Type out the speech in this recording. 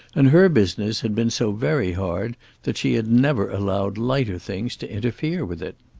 and her business had been so very hard that she had never allowed lighter things to interfere with it.